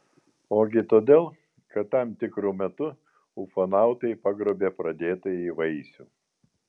ogi todėl kad tam tikru metu ufonautai pagrobia pradėtąjį vaisių